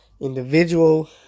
individual